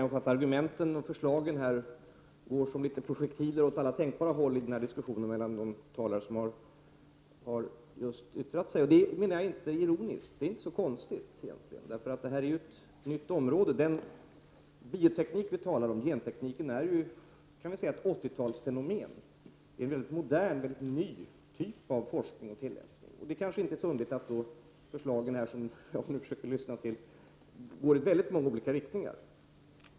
Fru talman! Argumenten och förslagen går här som projektiler åt alla tänkbara håll i diskussionen mellan de talare som just har yttrat sig. Jag menar inte detta som något ironiskt. Det är inte så konstigt egentligen, eftersom detta är ett nytt område. Den bioteknik vi talar om, gentekniken, kan sägas vara ett åttiotalsfenomen. Det är en ny, modern typ av forskning och tillämp ning. Det är kanske inte så underligt att förslagen, som jag här försöker lyssna till, går i många olika riktningar.